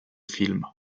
film